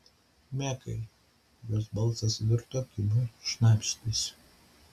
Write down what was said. mekai jos balsas virto kimiu šnabždesiu